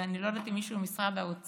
ואני לא יודעת אם מישהו ממשרד האוצר